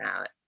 out